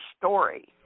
story